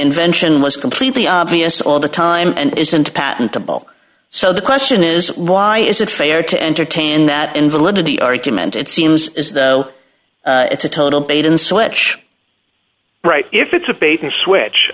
invention was completely obvious all the time and isn't patentable so the question is why is it fair to entertain that invalidity argument it seems as though it's a total bait and switch right if it's a bait and switch